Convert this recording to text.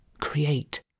create